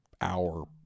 hour